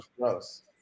gross